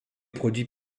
produit